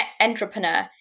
entrepreneur